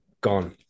gone